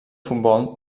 futbol